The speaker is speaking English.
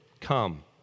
come